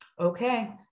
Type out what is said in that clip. okay